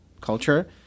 culture